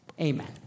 Amen